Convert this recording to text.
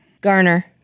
Garner